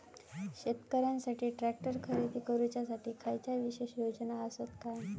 शेतकऱ्यांकसाठी ट्रॅक्टर खरेदी करुच्या साठी खयच्या विशेष योजना असात काय?